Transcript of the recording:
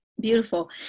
beautiful